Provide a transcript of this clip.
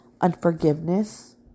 unforgiveness